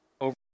Over